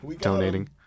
donating